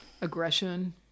aggression